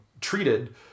treated